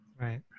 Right